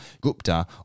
Gupta